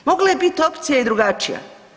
Mogla je biti opcija i drugačija.